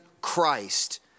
Christ